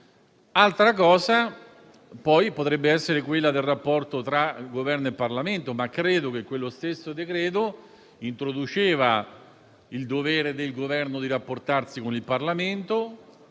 Altra cosa potrebbe essere il rapporto tra Governo e Parlamento. Credo, comunque, che quello stesso decreto-legge introduceva il dovere del Governo di rapportarsi con il Parlamento.